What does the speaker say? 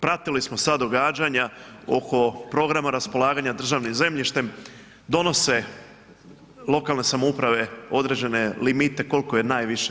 Pratili smo sada događanja oko programa raspolaganja državnim zemljištem, donose lokalne samouprave određene limite koliko je najviše.